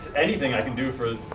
anything i can do for